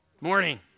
morning